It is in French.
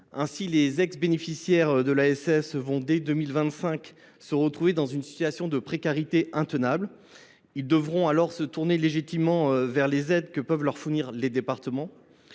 Ainsi, les ex bénéficiaires de l’ASS vont, dès 2025, se retrouver dans une situation de précarité intenable. Ils devront alors se tourner légitimement vers les aides potentielles des départements.